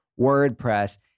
WordPress